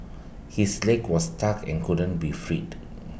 his leg was stuck and couldn't be freed